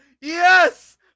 Yes